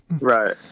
Right